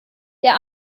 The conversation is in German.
der